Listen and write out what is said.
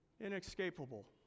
Inescapable